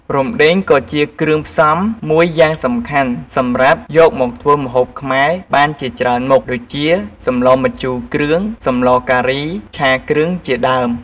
រំដេងក៏ជា គ្រឿងផ្សំមួយយ៉ាងសំខាន់សម្រាប់យកមកធ្វើម្ហូបខ្មែរបានជាច្រើនមុខ ដូចជា សម្លម្ជូរគ្រឿង, សម្លការី, ឆាគ្រឿង ជាដើម។